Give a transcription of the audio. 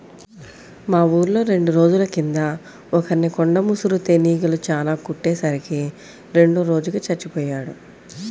మా ఊర్లో రెండు రోజుల కింద ఒకర్ని కొండ ముసురు తేనీగలు చానా కుట్టే సరికి రెండో రోజుకి చచ్చిపొయ్యాడు